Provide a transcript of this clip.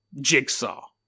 Jigsaw